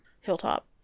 hilltop